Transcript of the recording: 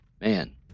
man